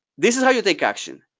this is how you take action.